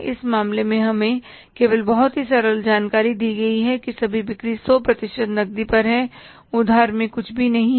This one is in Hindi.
इस मामले में हमें केवल बहुत ही सरल जानकारी दी गई है कि सभी बिक्री सौ प्रतिशत नकदी पर है उधार में कुछ भी नहीं है